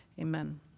Amen